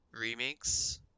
remakes